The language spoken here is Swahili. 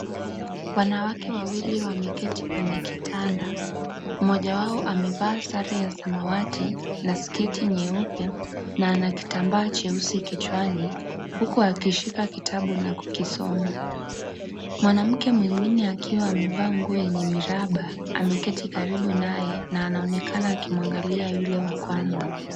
Wanawake wawili wameketi kwenye kitanda. Mmoja wao amevaa sare ya samawati na sketi nyeupe na ana kitambaa cheusi kichwani, huku akishika kitabu na kukisoma. Mwanamke mwingine akiwa amevaa nguo yenye miraba ameketi karibu naye na anaonekana akimwangalia yule wa kwanza.